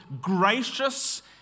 gracious